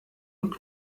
und